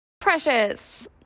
precious